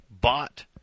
bought